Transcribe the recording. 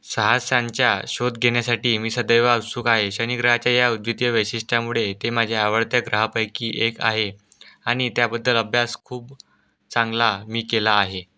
साहसांच्या शोध घेण्यासाठी मी सदैव उत्सुक आहे शनिग्रहाच्या या अद्वितीय वैशिष्ट्यामुळे ते माझ्या आवडत्या ग्रहापैकी एक आहे आणि त्याबद्दल अभ्यास खूप चांगला मी केला आहे